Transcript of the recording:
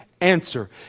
answer